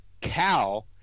cow